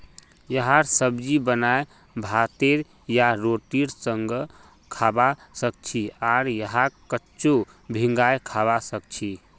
यहार सब्जी बनाए भातेर या रोटीर संगअ खाबा सखछी आर यहाक कच्चो भिंगाई खाबा सखछी